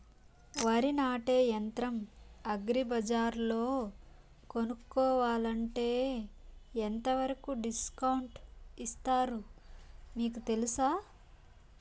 వరి నాటే యంత్రం అగ్రి బజార్లో కొనుక్కోవాలంటే ఎంతవరకు డిస్కౌంట్ ఇస్తారు మీకు తెలుసా?